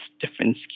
different